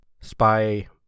spy